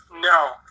No